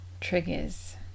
triggers